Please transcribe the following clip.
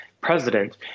president